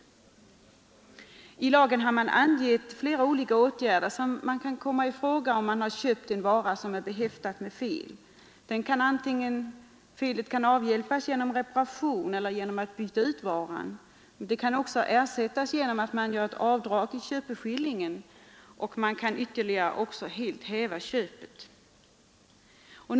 I lagen har angivits flera olika åtgärder som kan komma i fråga, om någon har köpt en vara som är behäftad med fel. Antingen kan felet avhjälpas genom reparation, eller också kan man byta ut varan. Likaså kan felet ersättas genom avdrag på köpeskillingen. Slutligen kan också köpet upphävas.